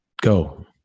go